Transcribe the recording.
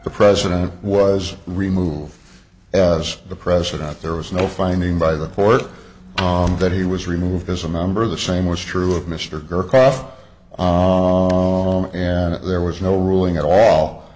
the president was removed as the president there was no finding by the court on that he was removed as a member of the same was true of mr gurr cough and there was no ruling at all